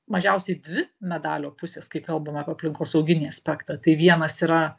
mažiausiai dvi medalio pusės kai kalbam apie aplinkosauginį aspektą tai vienas yra